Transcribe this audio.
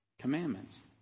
commandments